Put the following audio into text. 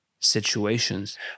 situations